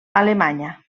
alemanya